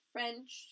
French